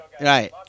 right